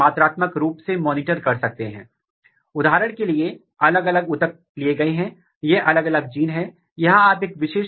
तो मूल रूप से ChIP अनुक्रमण क्रोमेटिन इम्यून प्रेसिपिटेशन के समान है उन जीनों की पहचान करें और अनुक्रमण या ChIP अनुक्रमण के लिए उपयोग करें